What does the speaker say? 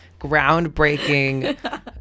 groundbreaking